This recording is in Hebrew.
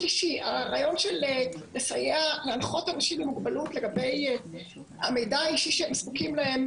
הרעיון להנחות אנשים עם מוגבלות לגבי המידע האישי שהם זקוקים לו,